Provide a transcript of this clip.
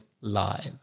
live